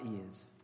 ears